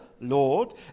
Lord